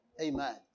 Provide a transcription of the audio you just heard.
Amen